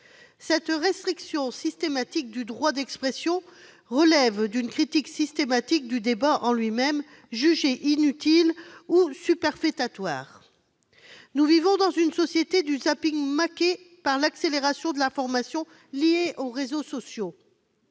Cette restriction systématique du droit d'expression relève d'une critique du débat, jugé en soi inutile ou superfétatoire. Nous vivons dans une société du zapping, marquée par l'accélération de l'information liée aux réseaux sociaux.